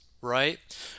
right